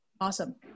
Awesome